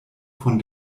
von